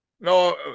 no